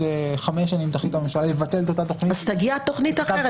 חמש שנים תחליט הממשלה לבטל -- אז תגיע תכנית אחרת.